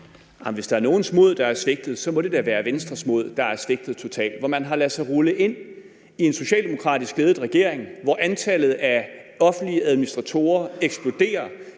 Hvis der er nogens mod, der har svigtet, så må det da være Venstres mod, der har svigtet totalt. Man har ladet sig at rulle ind i en socialdemokratisk ledet regering, hvor antallet af offentlige administratorer eksploderer